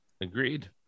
agreed